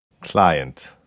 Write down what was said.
Client